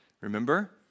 Remember